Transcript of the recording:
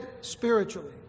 spiritually